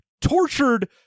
tortured